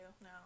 no